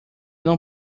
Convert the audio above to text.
não